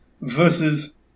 versus